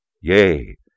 Yea